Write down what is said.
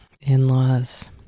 In-laws